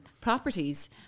properties